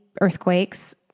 earthquakes